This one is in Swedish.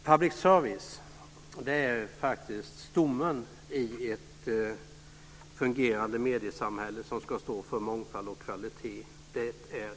Herr talman! Public service är stommen, inte ett komplement, i ett fungerande mediesamhälle som ska stå för mångfald och kvalitet.